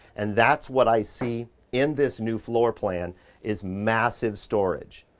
and that's what i see in this new floor plan is massive storage.